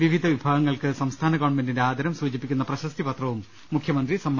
വിവിധ വിഭാഗങ്ങൾക്ക് സംസ്ഥാന ഗവൺമെന്റിന്റെ ആദരം സൂചിപ്പിക്കുന്ന പ്രശസ്തി പത്രവും മുഖ്യമന്ത്രി സമ്മാനിച്ചു